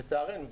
לצערנו.